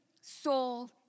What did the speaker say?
soul